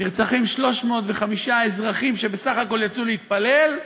נרצחים 305 אזרחים שבסך הכול יצאו להתפלל,